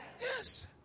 Yes